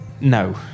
No